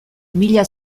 mila